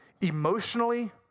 emotionally